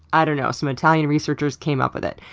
i don't know. some italian researchers came up with it.